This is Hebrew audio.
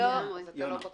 בלי להיכנס לעניין של עקיפה,